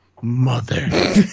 mother